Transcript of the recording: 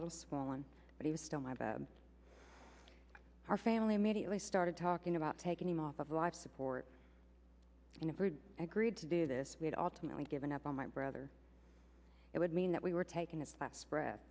little small one but he was still my bed our family immediately started talking about taking him off of life support i never agreed to do this we'd alternately given up on my brother it would mean that we were taking his last breath